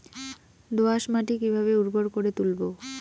দোয়াস মাটি কিভাবে উর্বর করে তুলবো?